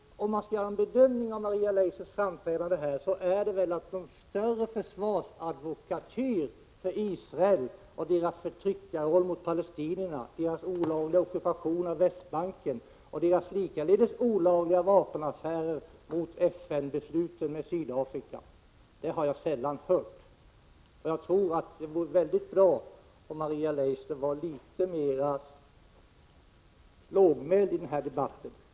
Om jag skall göra en bedömning av Maria Leissners framträdande här, måste jag säga att någon värre försvarsadvokatyr för Israel och dess roll som förtryckare av palestinierna, dess olagliga ockupation av Västbanken och dess likaledes olagliga vapenaffärer med Sydafrika — i strid med FN-besluten — har jag sällan hört. Jag tror att det vore mycket bra om Maria Leissner vore litet mera lågmäld i den här debatten.